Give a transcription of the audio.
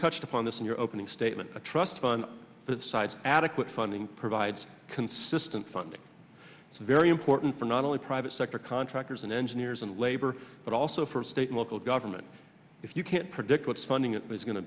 touched upon this in your opening statement the trust fund besides adequate funding provides consistent funding it's very important for not only private sector contractors and engineers and labor but also for state and local government if you can't predict what funding it was going to